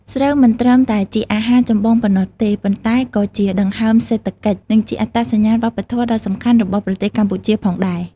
ស្រូវ មិនត្រឹមតែជាអាហារចម្បងប៉ុណ្ណោះទេ ប៉ុន្តែក៏ជាដង្ហើមសេដ្ឋកិច្ច និងជាអត្តសញ្ញាណវប្បធម៌ដ៏សំខាន់របស់ប្រទេសកម្ពុជាផងដែរ។